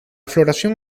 floración